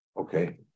okay